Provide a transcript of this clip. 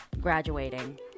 graduating